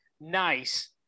nice